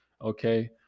Okay